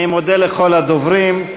אני מודה לכל הדוברים.